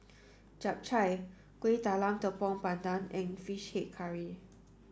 Chap Chai Kuih Talam Tepong Pandan and fish head curry